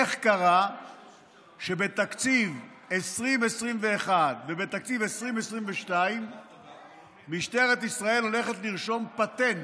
איך קרה שבתקציב 2021 ובתקציב 2022 משטרת ישראל הולכת לרשום פטנט,